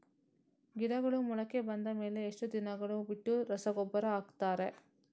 ಗಿಡಗಳು ಮೊಳಕೆ ಬಂದ ಮೇಲೆ ಎಷ್ಟು ದಿನಗಳು ಬಿಟ್ಟು ರಸಗೊಬ್ಬರ ಹಾಕುತ್ತಾರೆ?